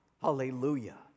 hallelujah